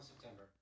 September